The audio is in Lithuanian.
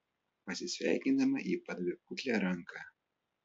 pasisveikindama ji padavė putlią ranką